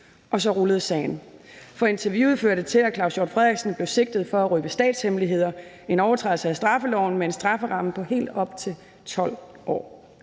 og så rullede sagen. For interviewet førte til, at Claus Hjort Frederiksen blev sigtet for at røbe statshemmeligheder, en overtrædelse af straffeloven med en strafferamme på helt op til 12 år.